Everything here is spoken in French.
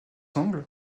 angles